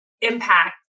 impact